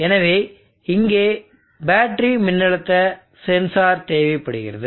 எனவே இங்கே பேட்டரி மின்னழுத்த சென்சார் தேவைப்படுகிறது